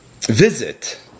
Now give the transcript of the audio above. visit